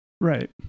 right